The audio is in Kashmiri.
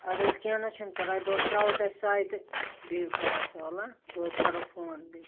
اَدٕ حظ کیٚنٛہہ نَہ حظ چھُنہٕ پَرواے بہٕ حظ تراوہو تۄہہِ سَے تہٕ بیٚہو خۄدایس حَوالہٕ اۭں بہٕ حظ کَرہو فوٗن بیٚیہِ